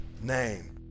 name